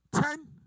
ten